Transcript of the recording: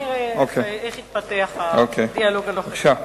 בוא ונראה איך יתפתח הדיאלוג הנוכחי.